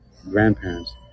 grandparents